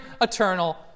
eternal